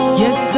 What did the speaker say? yes